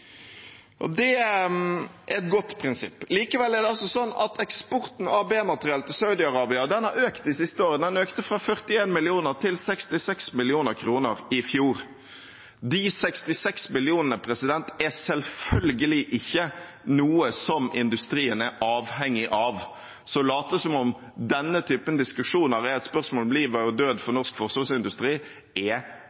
Det er et godt prinsipp. Likevel er det altså slik at eksporten av B-materiell til Saudi-Arabia har økt de siste årene – den økte fra 41 mill. kr til 66 mill. kr i fjor. De 66 mill. kr er selvfølgelig ikke noe som industrien er avhengig av. Så å late som om denne typen diskusjoner er et spørsmål om liv og død for